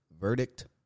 verdict